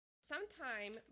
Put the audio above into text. Sometime